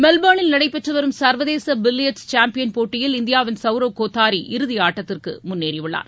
மெல்பர்னில் நடைபெற்றுவரும் சர்வதேசபில்லியர்ட்ஸ் சாம்பியன் போட்டியில் இந்தியாவின் சவரவ் கோதாரி இறுதி ஆட்டத்திற்குமுன்னேறிஉள்ளார்